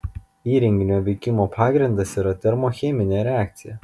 įrenginio veikimo pagrindas yra termocheminė reakcija